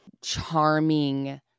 charming